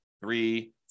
three